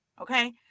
Okay